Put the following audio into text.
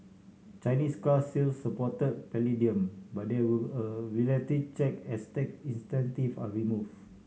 Chinese car sales supported palladium but there will a reality check as tax incentive are removed